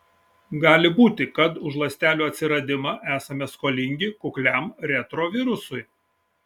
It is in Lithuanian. gali būti kad už ląstelių atsiradimą esame skolingi kukliam retrovirusui